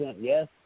yes